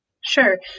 Sure